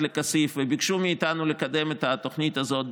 לכסיף וביקשו מאיתנו לקדם את התוכנית הזאת,